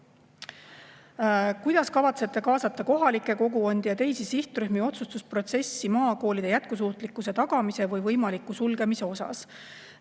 Kuidas kavatsete kaasata kohalikke kogukondi ja teisi sihtrühmi otsustusprotsessi maakoolide jätkusuutlikkuse tagamise või võimaliku sulgemise osas?